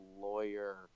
lawyer